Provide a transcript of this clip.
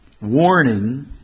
warning